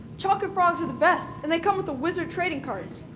chocolate frogs are the best and they come with the wizard trading cards.